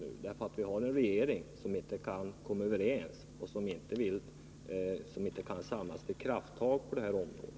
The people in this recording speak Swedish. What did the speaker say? Det beror på att vi har en regering där man inte kan komma överens och där man inte kan samla sig till krafttag på detta område.